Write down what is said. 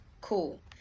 Cool